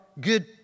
good